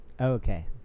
Okay